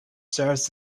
serves